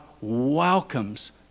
welcomes